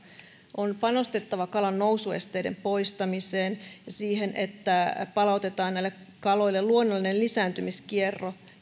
on panostettava kalan nousuesteiden poistamiseen ja siihen että palautetaan näille kaloille luonnollinen lisääntymiskierto